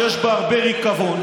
שיש בה הרבה ריקבון,